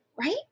right